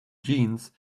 jeans